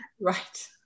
Right